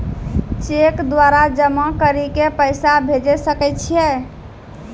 Cheque द्वारा जमा करि के पैसा भेजै सकय छियै?